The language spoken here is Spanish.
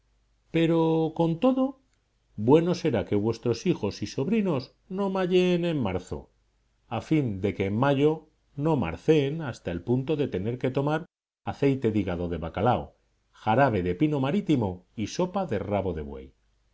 pero con todo bueno será que vuestros hijos y sobrinos no mayeen en marzo a fin de que en mayo no marceen hasta el punto de tener que tomar aceite de hígado de bacalao jarabe de pino marítimo y sopa de rabo de buey